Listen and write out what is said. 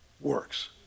works